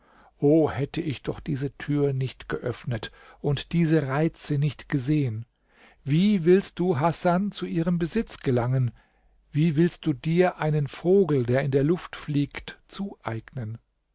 o hätte ich doch diese tür nicht geöffnet und diese reize nicht gesehen wie willst du hasan zu ihrem besitz gelangen wie willst du dir einen vogel der in der luft fliegt zueignen